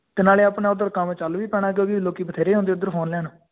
ਅਤੇ ਨਾਲੇ ਆਪਣਾ ਉੱਧਰ ਕੰਮ ਚੱਲ ਵੀ ਪੈਣਾ ਕਿਉਂਕਿ ਲੋਕ ਬਥੇਰੇ ਹੁੰਦੇ ਉੱਧਰ ਫ਼ੋਨ ਲੈਣ